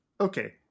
Okay